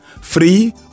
free